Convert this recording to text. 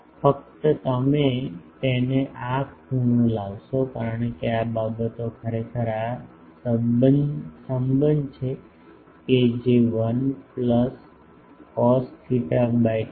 ફક્ત તમે તેને આ ખૂણો લાવશો કારણ કે આ બાબતો ખરેખર આ સંબંધ છે કે 1 plus cos theta by 2f